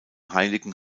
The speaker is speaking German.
heiligen